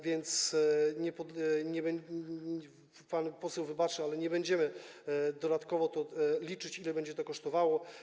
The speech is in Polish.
Więc pan poseł wybaczy, ale nie będziemy dodatkowo liczyć, ile będzie to kosztowało.